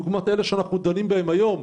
דוגמת אלו שאנחנו דנים בהם היום,